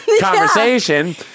conversation